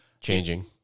changing